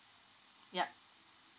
yup